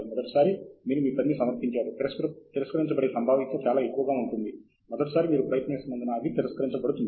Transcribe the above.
మొదటిసారి మీరు మీ పనిని సమర్పించారు తిరస్కరించబడే సంభావ్యత చాలా ఎక్కువ మొదటిసారి మీరు ప్రయత్నిస్తున్నందున అది తిరస్కరించబడుతుంది